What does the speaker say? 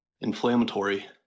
inflammatory